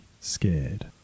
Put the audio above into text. scared